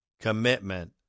commitment